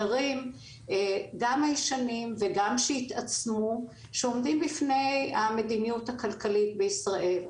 הישנים וגם שהתעצמו שעומדים בפני המדיניות הכלכלית בישראל.